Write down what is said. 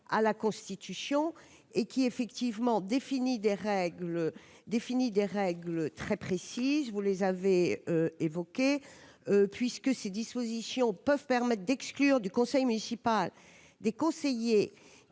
à la constitution et qui effectivement défini des règles définies des règles très précises, vous les avez évoqués, puisque ces dispositions peuvent permettent d'exclure du conseil municipal des conseillers